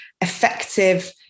effective